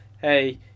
hey